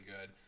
good